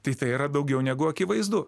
tai tai yra daugiau negu akivaizdu